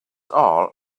all